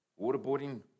Waterboarding